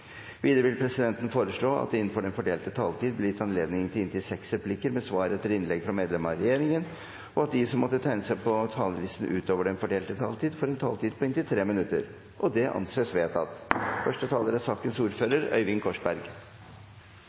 Videre vil presidenten foreslå at det – innenfor den fordelte taletid – blir gitt anledning til replikkordskifte på inntil seks replikker med svar etter innlegg fra medlemmer av regjeringen, og at de som måtte tegne seg på talerlisten utover den fordelte taletid, får en taletid på inntil 3 minutter. – Det anses vedtatt.